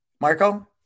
Marco